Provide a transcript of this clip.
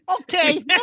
Okay